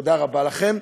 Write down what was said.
תודה רבה לכם.